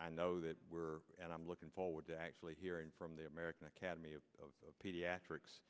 i know that were and i'm looking forward to actually hearing from the american academy of pediatrics